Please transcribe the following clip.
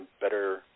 better